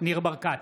ניר ברקת,